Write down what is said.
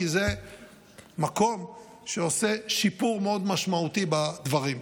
כי זה מקום שעושה שיפור מאוד משמעותי בדברים.